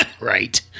Right